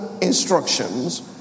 instructions